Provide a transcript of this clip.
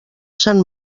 sant